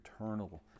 eternal